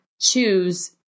choose